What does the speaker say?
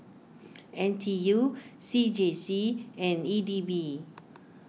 N T U C J C and E D B